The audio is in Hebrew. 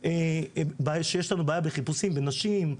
שיש לנו בעיה בחיפושים בנשים,